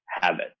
habit